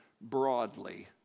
broadly